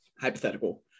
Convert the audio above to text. hypothetical